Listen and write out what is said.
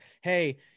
hey